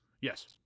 Yes